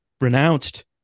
renounced